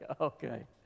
okay